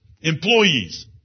Employees